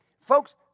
Folks